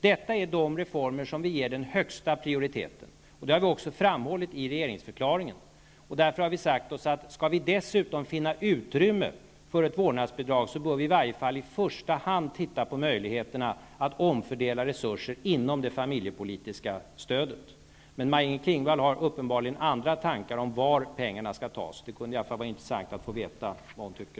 Det är reformer som vi tillmäter högsta prioritet, och det har vi framhållit i vår regeringsförklaring. Därför har vi sagt oss följande: Skall vi dessutom finna utrymme för ett vårdnadsbidrag, bör vi i varje fall i första hand titta på möjligheterna att omfördela resurser inom det familjepolitiska stödet. Maj-Inger Klingvall har uppenbarligen andra tankar om var pengarna skall tas. Det kunde vara intressant att få veta vad hon tycker.